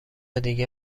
دیگه